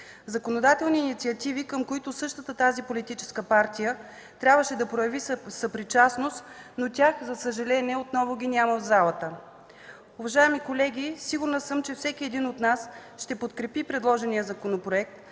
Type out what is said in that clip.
законодателни инициативи, към които същата тази политическа партия трябваше да прояви съпричастност, но тях, за съжаление, отново ги няма в залата. Уважаеми колеги, сигурна съм, че всеки един от нас ще подкрепи предложения законопроект,